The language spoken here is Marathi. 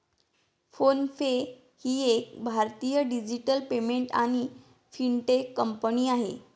फ़ोन पे ही एक भारतीय डिजिटल पेमेंट आणि फिनटेक कंपनी आहे